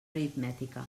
aritmètica